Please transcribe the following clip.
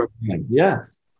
Yes